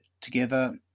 together